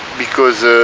because